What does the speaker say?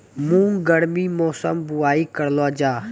मूंग गर्मी मौसम बुवाई करलो जा?